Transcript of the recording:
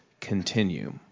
continue